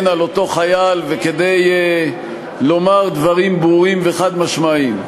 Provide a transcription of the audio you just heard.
על אותו חייל וכדי לומר דברים ברורים וחד-משמעיים,